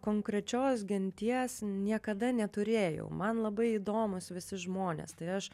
konkrečios genties niekada neturėjau man labai įdomūs visi žmonės tai aš